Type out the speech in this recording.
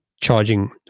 charging